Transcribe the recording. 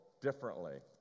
differently